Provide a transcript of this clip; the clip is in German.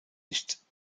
nicht